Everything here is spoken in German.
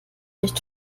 nicht